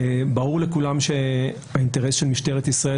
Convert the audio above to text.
ברור לכולם שהאינטרס של משטרת ישראל